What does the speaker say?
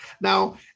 Now